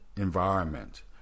environment